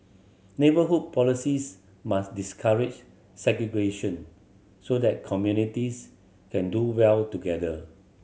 neighbourhood policies must discourage segregation so that communities can do well together